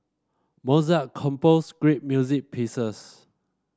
Mozart composed great music pieces